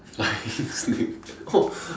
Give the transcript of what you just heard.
flying snake oh